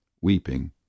weeping